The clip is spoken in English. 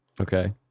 okay